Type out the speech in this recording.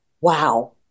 wow